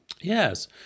Yes